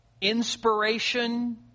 inspiration